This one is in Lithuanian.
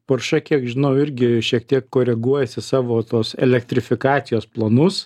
porsche kiek žinau irgi šiek tiek koreguojasi savo tos elektrifikacijos planus